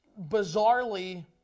bizarrely